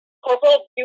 Corporal